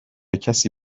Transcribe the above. کسی